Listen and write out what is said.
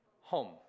Home